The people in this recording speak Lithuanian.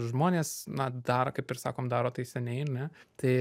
žmonės na dar kaip ir sakom daro tai seniai ar ne tai